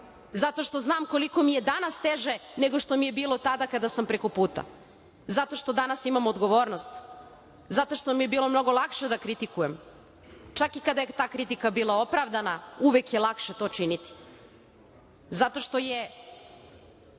zato što znam koliko mi je danas teže nego što mi je bilo tada kada sam prekoputa, zato što danas imam odgovornost, zato što mi je bilo mnogo lakše da kritikujem, čak i kada je ta kritika bila opravdana, uvek je lakše to činiti. Najlakše je